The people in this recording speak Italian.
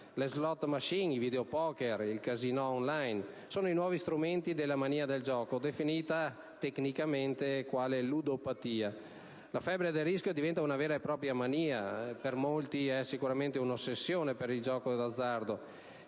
*Slot machine*, *videopoker* e *casinò* *on line* sono i nuovi strumenti della mania del gioco, definita tecnicamente ludopatia. La febbre del rischio diventa una vera e propria mania, un'ossessione per il gioco d'azzardo,